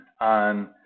on